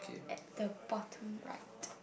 at the bottom right